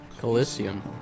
Coliseum